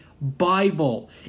bible